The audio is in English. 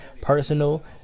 personal